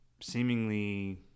seemingly